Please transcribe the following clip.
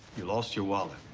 you lost your wallet.